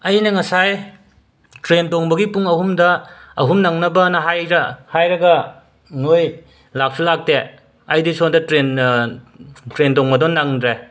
ꯑꯩꯅ ꯉꯁꯥꯏ ꯇ꯭ꯔꯦꯟ ꯇꯣꯡꯕꯒꯤ ꯄꯨꯡ ꯑꯍꯨꯝꯗ ꯑꯍꯨꯝ ꯅꯪꯅꯕꯅ ꯍꯥꯏꯖ ꯍꯥꯏꯔꯒ ꯅꯣꯏ ꯂꯥꯛꯁꯨ ꯂꯥꯛꯇꯦ ꯑꯩꯗꯤ ꯁꯣꯟꯗ ꯇ꯭ꯔꯦꯟ ꯇ꯭ꯔꯦꯟ ꯇꯣꯡꯕꯗꯣ ꯅꯪꯗ꯭ꯔꯦ